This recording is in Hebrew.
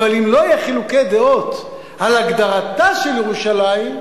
אבל אם לא יהיו חילוקי דעות על הגדרתה של ירושלים,